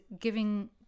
giving